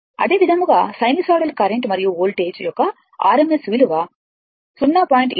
అదేవిధంగా sinusoidal current మరియు voltage యొక్క rms విలువ 0